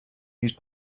used